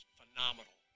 phenomenal